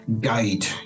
guide